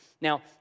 Now